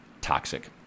toxic